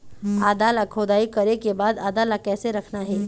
आदा ला खोदाई करे के बाद आदा ला कैसे रखना हे?